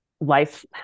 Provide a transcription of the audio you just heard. life